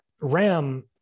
RAM